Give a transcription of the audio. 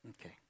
Okay